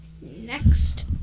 next